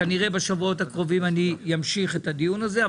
כנראה בשבועות הקרובים נמשיך את הדיון הזה,